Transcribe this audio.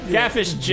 Catfish